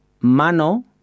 mano